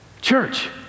Church